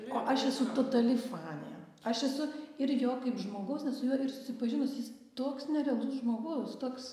o aš esu totali fanė aš esu ir jo kaip žmogaus nes su juo ir susipažinus jis toks nerealus žmogus toks